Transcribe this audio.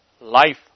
life